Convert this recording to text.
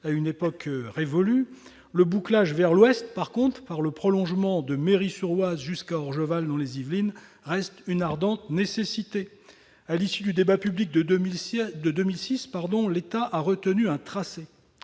cette époque est révolue-, le bouclage vers l'ouest, par le prolongement de Méry-sur-Oise jusqu'à Orgeval, dans les Yvelines, reste une ardente nécessité. À l'issue du débat public de 2006, l'État a retenu un tracé.